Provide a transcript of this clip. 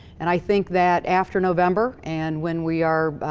and i think that, after november, and when we are,